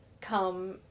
come